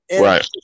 Right